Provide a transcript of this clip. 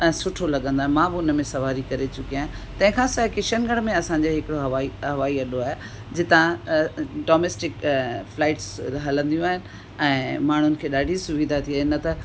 ऐं सुठो लॻंदो आहे मां बि हुन में सवारी करे चुकी आहियां तंहिं खां सवाइ किशनगढ़ में असांजे हिकु हवाई हवाई अड्डो आहे जितां डोमेस्टिक फ्लाईट्स हलंदियूं आहिनि ऐं माण्हुनि खे ॾाढी सुविधा थी वेई आहे न त